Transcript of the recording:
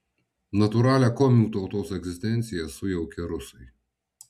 natūralią komių tautos egzistenciją sujaukė rusai